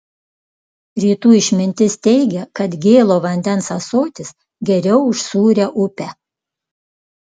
rytų išmintis teigia kad gėlo vandens ąsotis geriau už sūrią upę